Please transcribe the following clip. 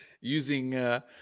Using